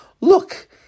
Look